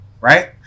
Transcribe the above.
right